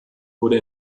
wurde